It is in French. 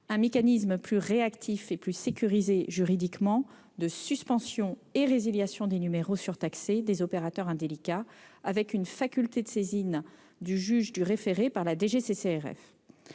un mécanisme plus réactif et plus sécurisé juridiquement de suspension et résiliation des numéros surtaxés des opérateurs indélicats, avec une faculté de saisine du juge des référés par la DGCCRF.